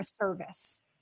service